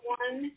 one